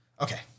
Okay